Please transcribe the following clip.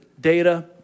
data